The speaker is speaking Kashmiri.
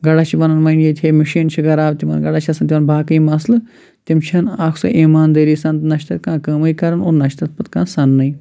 گرا چھِ وَنان وۄنۍ ییٚتہِ ہے مِشیٖن چھِ خراب تِمَن گرا چھِ آسان تِمَن باقٕے مسلہٕ تِم چھِنہٕ اَکھ سۄ ایٖماندٲری سان نَہ چھِ تَتہِ کانٛہہ کٲمٕے کران اور نہٕ چھِ پتہٕ تَتھ کانٛہہ سَننٕے